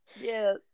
yes